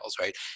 right